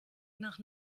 nach